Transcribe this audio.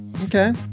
Okay